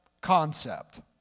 concept